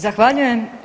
Zahvaljujem.